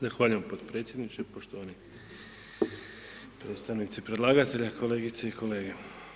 Zahvaljujem podpredsjedniče, poštovani predstavnici predlagatelja, kolegice i kolege.